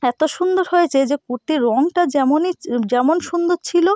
এতো সুন্দর হয়েছে যে কুর্তির রঙটা যেমনই যেমন সুন্দর ছিলো